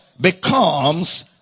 becomes